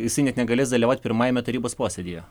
jisai net negalės dalyvaut pirmajame tarybos posėdyje